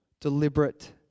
deliberate